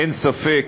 אין ספק,